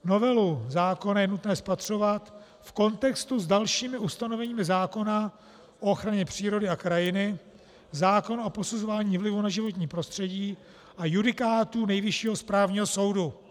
Novelu zákona je nutné spatřovat v kontextu s dalšími ustanoveními zákona o ochraně přírody a krajiny, zákona o posuzování vlivu na životní prostředí a judikátu Nejvyššího správního soudu.